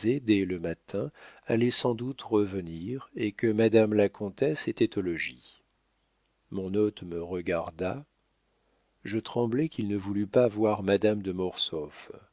dès le matin allait sans doute revenir et que madame la comtesse était au logis mon hôte me regarda je tremblais qu'il ne voulût pas voir madame de